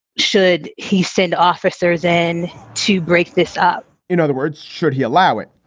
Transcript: should he said officers in to break this up in other words, should he allow it?